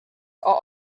are